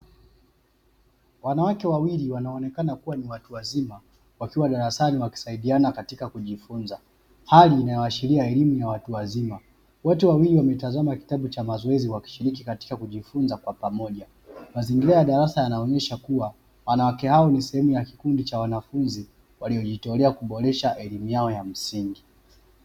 Wanawake wawili wanaoneka kuwa ni watu wazima, wakiwa darasani wakisaidiana katika kujifunza, Hali inayoashiria elimu ya watu wazima. Wote wawili wametazama kitabu cha mazoezi wakishiriki katika kujifunza kwa pamoja, mazingira ya darasa yanaonesha kuwa wanawake hao ni sehemu ya kikundi cha wanafunzi waliojitolea kuboresha elimu yao ya msingi.